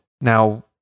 Now